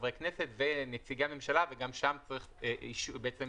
חברי כנסת ונציגי הממשלה וגם שם צריך מכתב